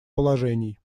положений